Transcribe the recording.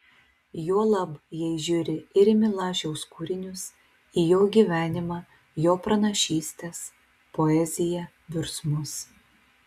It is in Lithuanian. juolab jei žiūri ir į milašiaus kūrinius į jo gyvenimą jo pranašystes poeziją virsmus